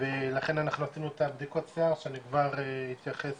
ולכן אנחנו עשינו את הבדיקות שיער שליאור התייחס